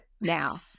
now